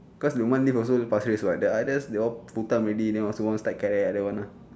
cause lukman live also pasir ris [what] the others they all full time already then want also want step kerek don't want ah